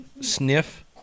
sniff